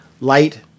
light